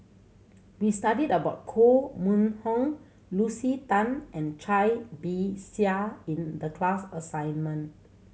we studied about Koh Mun Hong Lucy Tan and Cai Bixia in the class assignment